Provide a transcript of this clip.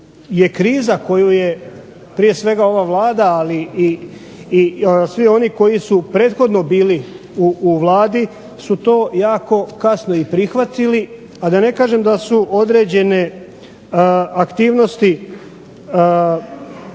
je kriza koju je prije svega Vlada ali i svi ovi koji su prethodno bili u Vladi su to jako kasno i prihvatili a da ne kažem da su određene aktivnosti